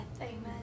Amen